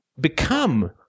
become